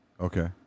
Okay